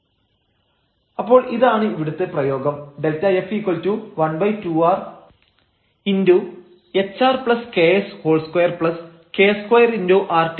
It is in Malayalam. Δf12r hrks2k2 ⋯ അപ്പോൾ ഇതാണ് ഇവിടത്തെ പ്രയോഗം Δf12r hrks2k2 ⋯